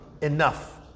enough